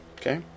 Okay